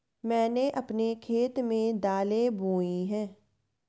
मैंने अपने खेत में दालें बोई हैं